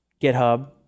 GitHub